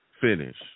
finish